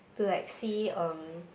to like see um